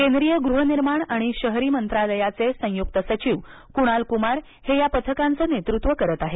केंद्रीय गृहनिर्माण आणि शहरी मंत्रालयाचे संयुक्त सचिव कुणाल कुमार हे या पथकांचं नेतृत्व करत आहेत